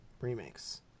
remakes